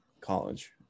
college